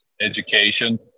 education